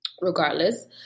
regardless